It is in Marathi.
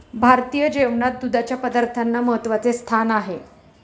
भारतीय जेवणात दुधाच्या पदार्थांना महत्त्वाचे स्थान आहे